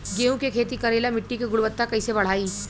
गेहूं के खेती करेला मिट्टी के गुणवत्ता कैसे बढ़ाई?